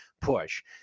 push